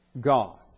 God